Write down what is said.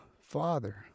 Father